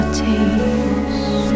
taste